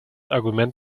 argument